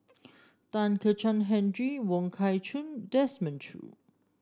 Kezhan Henri Wong Kah Chun Desmond Choo